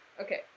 Okay